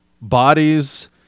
bodies